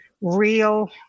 real